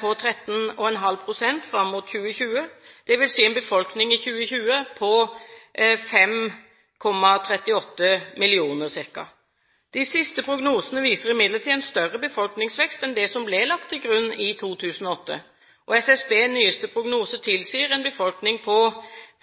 på 13,5 pst. fram mot 2020, dvs. en befolkning i 2020 på ca. 5,38 millioner. De siste prognosene viser imidlertid en større befolkningsvekst enn det som ble lagt til grunn i 2008. SSBs nyeste prognose tilsier en befolkning på